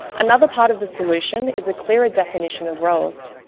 another part of the solution is a clearer definition of roles.